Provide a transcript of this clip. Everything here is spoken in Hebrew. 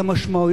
חלילה,